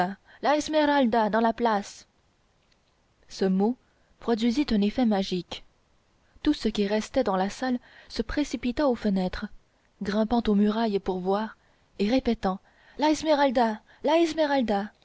dans la place ce mot produisit un effet magique tout ce qui restait dans la salle se précipita aux fenêtres grimpant aux murailles pour voir et répétant la esmeralda la